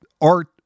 art